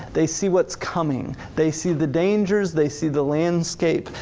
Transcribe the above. they see what's coming, they see the dangers, they see the landscape,